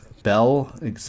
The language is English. bell